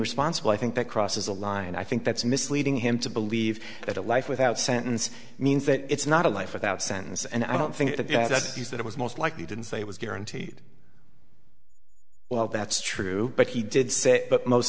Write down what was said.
responsible i think that crosses a line and i think that's misleading him to believe that a life without sentence means that it's not a life without sentence and i don't think that that's abuse that was most likely didn't say it was guaranteed well that's true but he did say but most